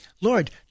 Lord